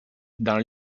dans